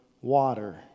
water